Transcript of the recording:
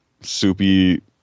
soupy